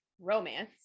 romance